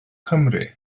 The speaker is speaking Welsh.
cymru